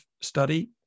study